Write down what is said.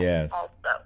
Yes